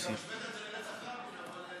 גם השווית את זה לרצח רבין.